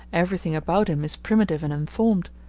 everything about him is primitive and unformed,